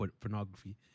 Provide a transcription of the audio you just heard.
pornography